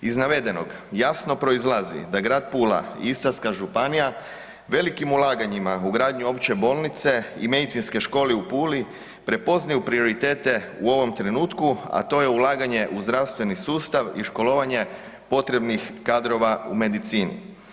Iz navedenog proizlazi da grad Pula i Istarska županija velikim ulaganjima u gradnju opće bolnice i Medicinske škole u Puli prepoznaju prioritete u ovom trenutku, a to je ulaganje u zdravstveni sustav i školovanje potrebnih kadrova u medicini.